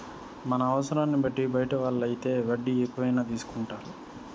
మన అవసరాన్ని బట్టి బయట వాళ్ళు అయితే వడ్డీ ఎక్కువైనా తీసుకుంటారు